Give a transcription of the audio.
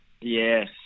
Yes